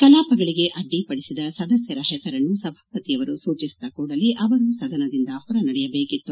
ಕಲಾಪಗಳಿಗೆ ಅಡ್ಡಿಪಡಿಸಿದ ಸದಸ್ತರ ಹೆಸರನ್ನು ಸಭಾಪತಿಯವರು ಸೂಚಿಸಿದ ಕೂಡಲೇ ಅವರು ಸದನದಿಂದ ಹೊರ ನಡೆಯಬೇಕಾಗಿತ್ತು